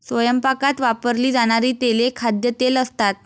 स्वयंपाकात वापरली जाणारी तेले खाद्यतेल असतात